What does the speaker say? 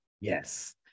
Yes